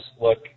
look